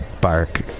bark